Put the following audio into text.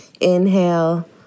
Inhale